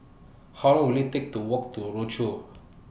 How Long Will IT Take to Walk to Rochor